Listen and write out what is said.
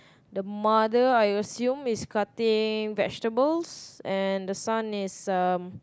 the mother I assume is cutting vegetables and the son is um